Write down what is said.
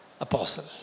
apostle